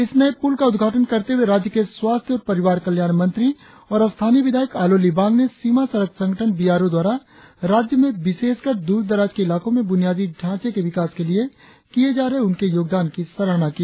इस नए पुल का उद्घाटन करते हुए राज्य के स्वास्थ्य और परिवार कल्याण मंत्री और स्थानीय विधायक आलो लिबांग ने सीमा सड़क संगठन बी आर ओ द्वारा राज्य में विशेषकर दूरदराज के इलाकों में बुनियादी ढांचे के विकास के लिए किए जा रहे उनके योगदान की सराहना की